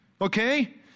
Okay